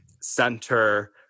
center